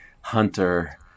Hunter